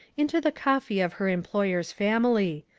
into the coffee of her employer's family.